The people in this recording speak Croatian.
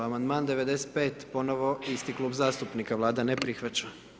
Amandman 95, ponovo isti klub zastupnika, Vlada ne prihvaća.